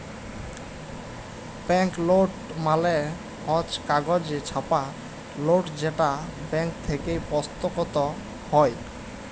bank note মালে হচ্ছ কাগজে ছাপা লোট যেটা ব্যাঙ্ক থেক্যে প্রস্তুতকৃত হ্যয়